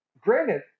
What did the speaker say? granted